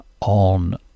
on